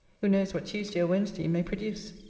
who knows what tuesday or wednesday may produce?